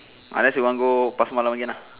unless you want go pasar malam again lah